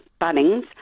Bunnings